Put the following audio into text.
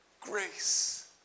grace